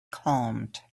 calmed